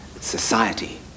society